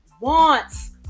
wants